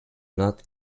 not